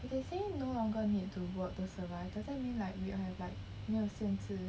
they say no longer need to work to survive doesn't mean like we have like 没有限制